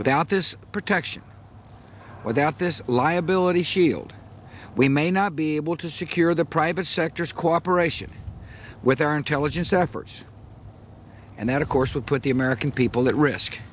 without this protection without this liability shield we may not be able to secure the private sector's cooperation with our intelligence efforts and that of course will put the american people at risk